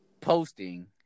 posting